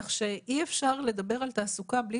כך שאי אפשר לדבר על תעסוקה בהקשר שלהן מבלי